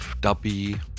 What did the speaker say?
dubby